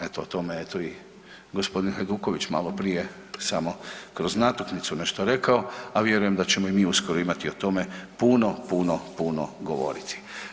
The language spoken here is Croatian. Eto, o tome je, to je i g. Hajduković maloprije samo kroz natuknicu nešto rekao, a vjerujem da ćemo i mi uskoro imati o tome puno, puno, puno govoriti.